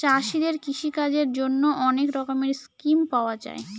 চাষীদের কৃষিকাজের জন্যে অনেক রকমের স্কিম পাওয়া যায়